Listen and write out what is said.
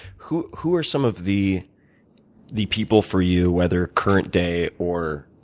who who are some of the the people for you, whether current day or